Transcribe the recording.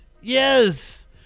yes